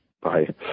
Bye